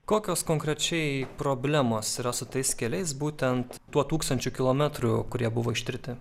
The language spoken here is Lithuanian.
kokios konkrečiai problemos yra su tais keliais būtent tuo tūkstančiu kilometrų kurie buvo ištirti